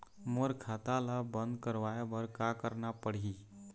मोर खाता ला बंद करवाए बर का करना पड़ही?